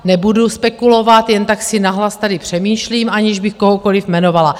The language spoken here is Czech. Nebudu spekulovat, jen tak si nahlas tady přemýšlím, aniž bych kohokoliv jmenovala.